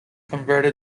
converted